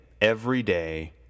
everyday